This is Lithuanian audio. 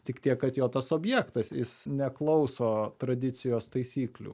tik tiek kad jo tas objektas jis neklauso tradicijos taisyklių